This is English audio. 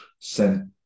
sent